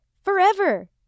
forever